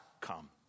come